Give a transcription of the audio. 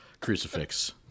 crucifix